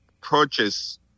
purchase